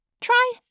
try